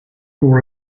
pour